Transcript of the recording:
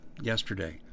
yesterday